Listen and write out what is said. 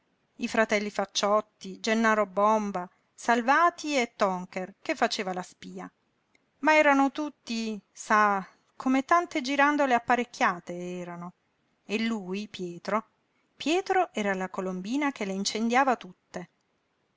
i fratelli facciotti gennaro bomba salvati e toncher che faceva la spia ma erano tutti sa come tante girandole apparecchiate erano e lui pietro pietro era la colombina che le incendiava tutte